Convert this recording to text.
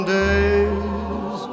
days